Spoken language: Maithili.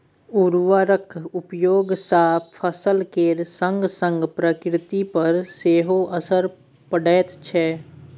उर्वरकक उपयोग सँ फसल केर संगसंग प्रकृति पर सेहो असर पड़ैत छै